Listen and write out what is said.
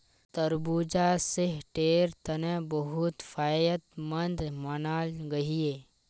तरबूजा सेहटेर तने बहुत फायदमंद मानाल गहिये